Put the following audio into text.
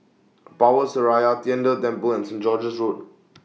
Power Seraya Tian De Temple and Saint George's Road